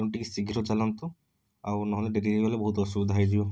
ତେଣୁ ଟିକେ ଶୀଘ୍ର ଚାଲନ୍ତୁ ଆଉ ନହେଲେ ଡେରି ହେଇଗଲେ ବହୁତ ଅସୁବିଧା ହେଇଯିବ